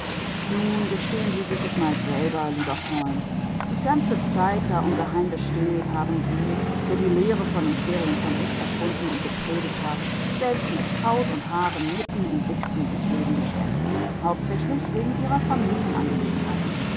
nun gestehen sie es sich mal selber lieber freund die ganze zeit da unser heim besteht haben sie der die lehre von den ferien vom ich erfunden und gepredigt hat selbst mit haut und haaren mitten im dicksten ichleben gesteckt hauptsächlich wegen ihrer